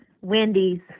Wendy's